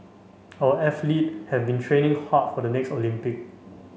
our athlete have been training hard for the next Olympic